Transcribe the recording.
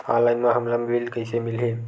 Online म हमला bill कइसे मिलही?